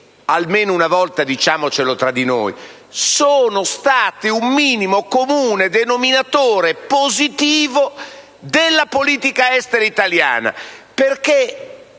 (almeno una volta diciamocelo tra noi) sono state un minimo comune denominatore positivo della politica estera italiana. Infatti,